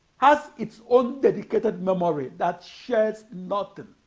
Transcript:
has its own dedicated memory that shares nothing